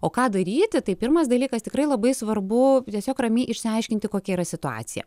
o ką daryti tai pirmas dalykas tikrai labai svarbu tiesiog ramiai išsiaiškinti kokia yra situacija